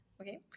Okay